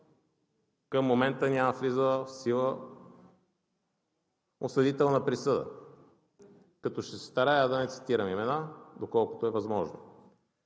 към момента няма влязла в сила осъдителна присъда, като ще се старая да не цитирам имена, доколкото е възможно.